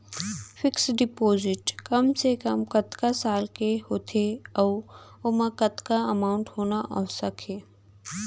Fix deposit कम से कम कतका साल के होथे ऊ ओमा कतका अमाउंट होना आवश्यक हे?